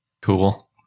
Cool